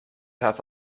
have